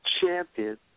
champion